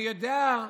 אני יודע,